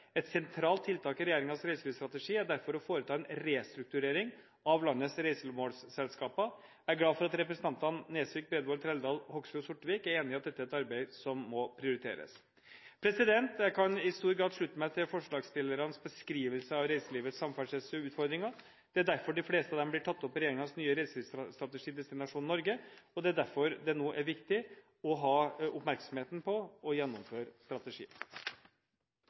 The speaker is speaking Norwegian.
Et sentralt tiltak i regjeringens reiselivsstrategi er derfor å foreta en restrukturering av landets reisemålsselskaper. Jeg er glad for at representantene Nesvik, Bredvold, Trældal, Hoksrud og Sortevik er enig i at dette er et arbeid som må prioriteres. Jeg kan i stor grad slutte meg til forslagsstillernes beskrivelse av reiselivets samferdselsutfordringer. Det er derfor de fleste av dem blir tatt opp i regjeringens nye reiselivsstrategi, Destinasjon Norge, og det er derfor det nå er viktig å ha oppmerksomheten på å gjennomføre strategien.